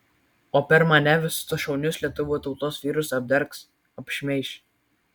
o per mane visus tuos šaunius lietuvių tautos vyrus apdergs apšmeiš